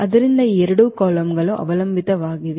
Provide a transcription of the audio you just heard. ಆದ್ದರಿಂದ ಈ ಎರಡು ಕಾಲಮ್ಗಳು ಅವಲಂಬಿತ ಕಾಲಮ್ಗಳಾಗಿವೆ